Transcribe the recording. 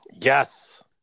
Yes